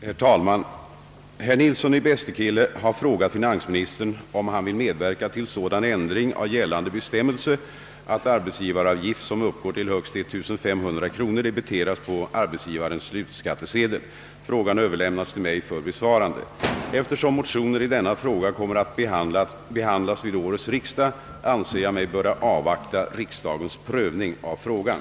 Herr talman! Herr Nilsson i Bästekille har frågat finansministern om han vill medverka till sådan ändring av gällande bestämmelser att arbetsgivaravgift som uppgår till högst 1500 kronor debiteras på arbetsgivarens slutskattesedel. Frågan har överlämnats till mig för besvarande. Eftersom motioner i denna fråga kommer att behandlas vid årets riksdag, anser jag mig böra avvakta riksdagens prövning av frågan.